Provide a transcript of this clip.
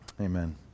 Amen